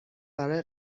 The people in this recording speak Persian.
برای